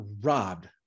robbed